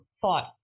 thought